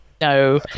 no